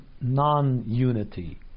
non-unity